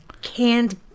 canned